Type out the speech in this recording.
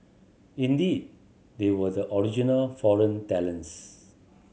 indeed they were the original foreign talents